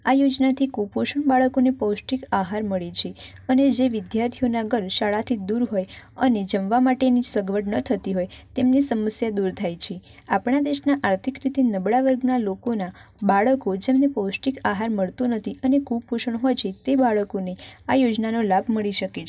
આ યોજનાથી કુપોષણ બાળકોને પૌષ્ટિક આહાર મળે છે અને જે વિધાર્થીઓના ઘર શાળાથી દૂર હોય અને જમવા માટેની સગવડ ન થતી હોય તેમની સમસ્યા દૂર થાય છે આપણા દેશના આર્થિક રીતે નબળા વર્ગના લોકોના બાળકો જેમને પૌષ્ટિક આહાર મળતો નથી અને કુપોષણ હોય છે તે બાળકોને આ યોજનાનો લાભ મળી શકે છે